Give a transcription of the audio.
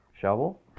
shovel